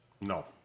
No